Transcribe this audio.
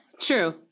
true